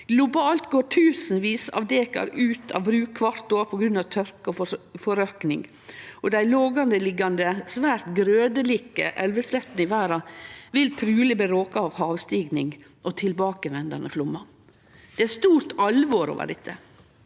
Globalt går tusenvis av dekar ut av bruk kvart år på grunn av tørke og forørkning, og dei lågareliggjande svært grøderike elveslettene i verda vil truleg bli råka av havstigning og tilbakevendande flaumar. Det er stort alvor over dette.